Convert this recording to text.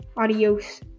Adios